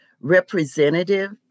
representative